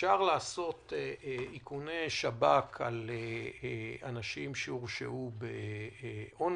שאפשר לעשות איכוני שב"כ על אנשים שהורשעו באונס,